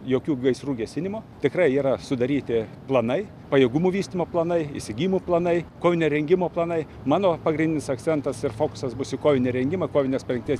jokių gaisrų gesinimo tikrai yra sudaryti planai pajėgumų vystymo planai įsigijimų planai kovinio rengimo planai mano pagrindinis akcentas ir fokusas bus į kovinį rengimą kovinės parengties